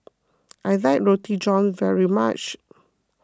I like Roti John very much